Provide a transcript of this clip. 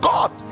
God